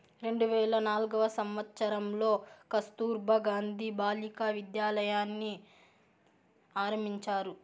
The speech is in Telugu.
రెండు వేల నాల్గవ సంవచ్చరంలో కస్తుర్బా గాంధీ బాలికా విద్యాలయని ఆరంభించారు